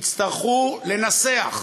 נצטרך לנסח